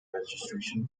registration